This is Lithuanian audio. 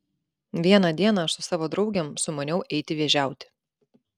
vieną dieną aš su savo draugėm sumaniau eiti vėžiauti